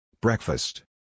Breakfast